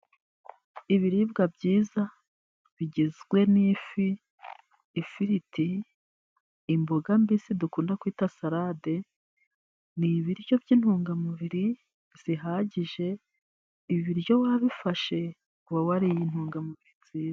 Ibiribwa byiza bigizwe n'ifi, ifiriti, imboga mbisi dukunda kwita salade. Ni ibiryo by'intungamubiri zihagije, ibiryo wabifashe uba wariye intungamubiri nziza.